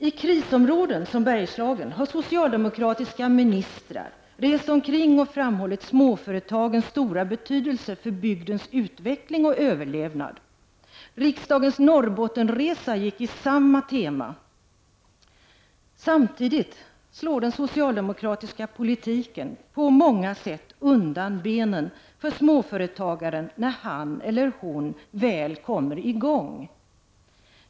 I krisområden som Bergslagen har socialdemokratiska ministrar rest omkring och framhållit småföretagens stora betydelse för bygdens utveckling och överlevnad. Riksdagens Norrbottenresa följde samma tema. Samtidigt slår den socialdemokratiska politiken på många sätt undan be nen för småföretagaren när han eller hon väl kommer i gång.